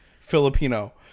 Filipino